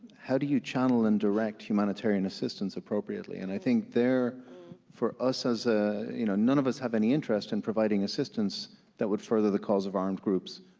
how do you channel and direct humanitarian assistance appropriately, and i think there for us as, ah you know none of us have any interest in providing assistance that would further the cause of armed groups.